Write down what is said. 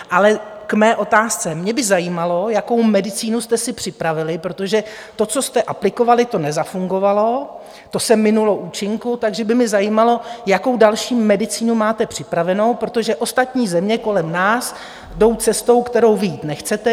Ale k mé otázce: Mě by zajímalo, jakou medicínu jste si připravili, protože to, co jste aplikovali, to nezafungovalo, to se minulo účinkem, takže by mě zajímalo, jakou další medicínu máte připravenou, protože ostatní země kolem nás jdou cestou, kterou vy jít nechcete.